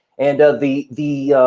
and the the